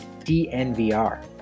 DNVR